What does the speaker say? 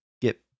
get